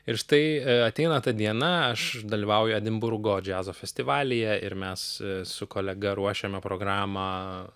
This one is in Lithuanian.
ir štai ateina ta diena aš dalyvauju edinburgo džiazo festivalyje ir mes su kolega ruošiame programą